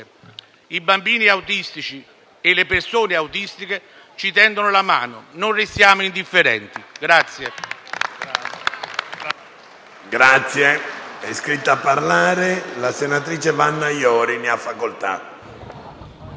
I bambini autistici e le persone autistiche ci tendono la mano, non restiamo indifferenti.